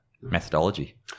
methodology